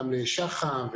גם לשח"ם,